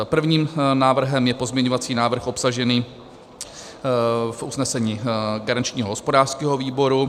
Prvním návrhem je pozměňovací návrh obsažený v usnesení garančního hospodářského výboru.